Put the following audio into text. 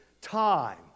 Time